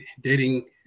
dating